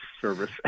service